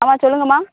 அம்மா சொல்லுங்கள்மா